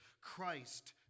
Christ